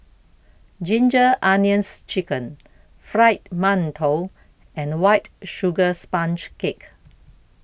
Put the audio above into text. Ginger Onions Chicken Fried mantou and White Sugar Sponge Cake